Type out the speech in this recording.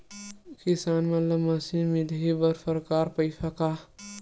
किसान मन ला मशीन मिलही बर सरकार पईसा का?